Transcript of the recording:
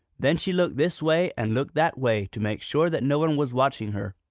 then she looked this way and looked that way to make sure that no one was watching her.